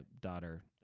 daughter